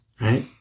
Right